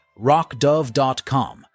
rockdove.com